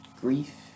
grief